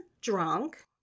drunk